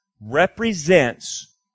represents